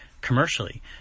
commercially